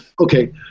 okay